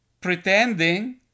pretending